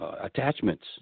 attachments